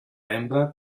hembra